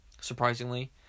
surprisingly